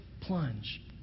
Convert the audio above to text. plunge